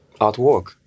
artwork